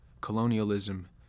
colonialism